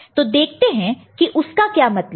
तो देखते हैं कि उसका क्या मतलब है